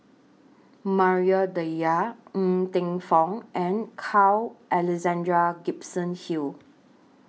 Maria Dyer Ng Teng Fong and Carl Alexander Gibson Hill